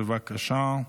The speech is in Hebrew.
בבקשה,